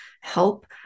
help